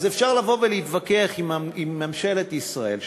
אז אפשר לבוא ולהתווכח עם ממשלת ישראל,